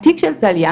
התיק של טליה,